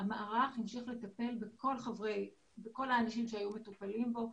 המערך המשיך לטפל בכל האנשים שהיו מטופלים בו.